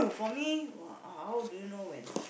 for me how do you know when